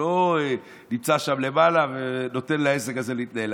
לא נמצא שם למעלה ונותן לעסק הזה להתנהל.